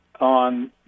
on